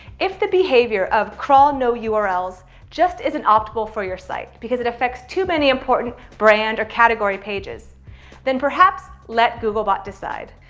if the behavior of crawl no urls just isn't optimal for your site because it affects too many important brand or category pages then perhaps let googlebot decide.